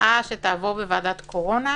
העצה שתעבור בוועדת קורונה,